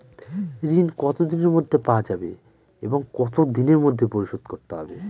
ঋণ কতদিনের মধ্যে পাওয়া যাবে এবং কত দিনের মধ্যে পরিশোধ করতে হবে?